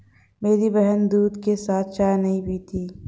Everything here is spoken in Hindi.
मेरी बहन दूध के साथ चाय नहीं पीती